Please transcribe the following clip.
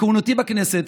בכהונתי בכנסת